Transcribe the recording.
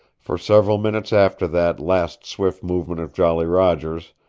for several minutes after that last swift movement of jolly roger's,